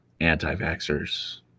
anti-vaxxers